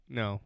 no